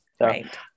right